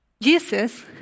Jesus